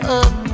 up